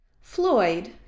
Floyd